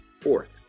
fourth